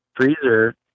freezer